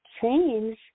change